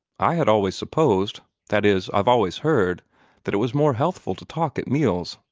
i had always supposed that is, i've always heard that it was more healthful to talk at meals,